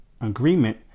agreement